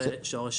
זה שורש